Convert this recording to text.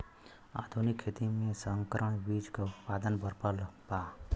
आधुनिक खेती में संकर बीज क उतपादन प्रबल बा